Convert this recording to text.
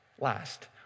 last